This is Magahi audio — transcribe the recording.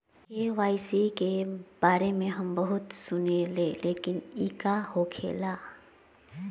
के.वाई.सी के बारे में हम बहुत सुनीले लेकिन इ का होखेला?